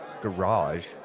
garage